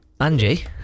Angie